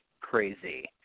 crazy